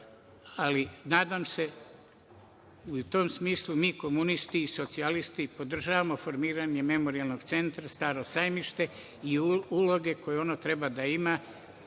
ali nadam se, i u tom smislu mi komunisti i socijalisti podržavamo formiranje memorijalnog centra Staro Sajmište i uloge koje ono treba da ima,